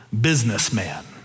businessman